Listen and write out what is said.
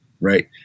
right